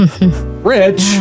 rich